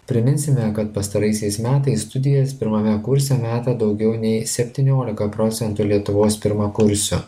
priminsime kad pastaraisiais metais studijas pirmame kurse metė daugiau nei septyniolika procentų lietuvos pirmakursių